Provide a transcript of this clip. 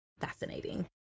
fascinating